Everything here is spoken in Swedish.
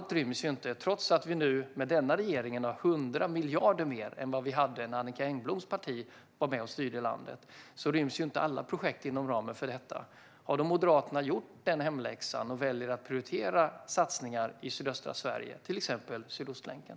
Trots att vi nu med denna regering har 100 miljarder mer än vad vi hade när Annicka Engbloms parti var med och styrde landet ryms ju inte alla projekt inom ramen för detta. Har då Moderaterna gjort hemläxan och väljer att prioritera satsningar i sydöstra Sverige, till exempel Sydostlänken?